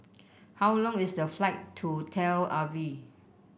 how long is the flight to Tel Aviv